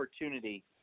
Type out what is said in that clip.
opportunity